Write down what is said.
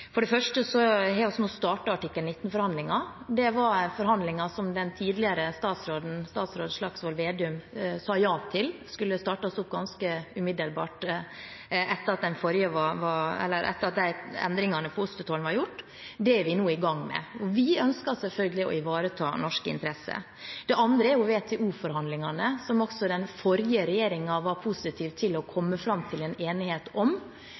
For det første har vi nå startet artikkel 19-forhandlinger. Det var forhandlinger som tidligere statsråd Slagsvold Vedum sa ja til at skulle startes opp ganske umiddelbart etter at endringene på ostetollen var gjort. Det er vi nå i gang med. Vi ønsker selvfølgelig å ivareta norske interesser. Det andre er WTO-forhandlingene, som også den forrige regjeringen var positiv til å komme fram til en enighet om.